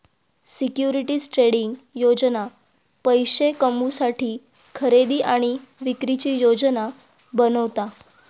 securities trading योजना पैशे कमवुसाठी खरेदी आणि विक्रीची योजना बनवता